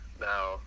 now